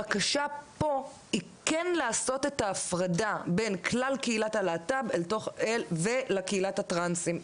הבקשה פה היא כן לעשות את ההפרדה בין כלל קהילת הלהט"ב ולקהילת הטרנסים.